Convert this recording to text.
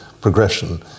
progression